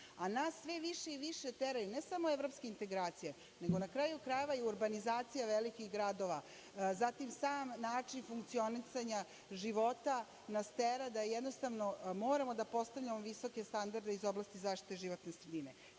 a nas sve više i više teraju, ne samo evropske integracija, nego na kraju krajeva i urbanizacija velikih gradova, zatim sam način funkcionisanja života nas tera da jednostavno moramo da postavljamo visoke standarde iz oblasti zaštite životne sredine.